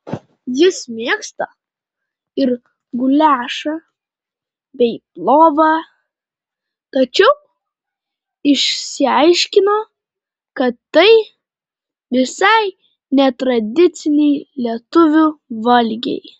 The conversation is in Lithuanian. jis mėgsta ir guliašą bei plovą tačiau išsiaiškino kad tai visai ne tradiciniai lietuvių valgiai